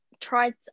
tried